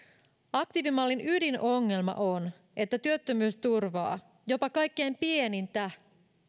aktiivimallin ydinongelma on että työttömyysturvaa jopa kaikkein pienintä